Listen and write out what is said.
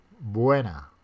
buena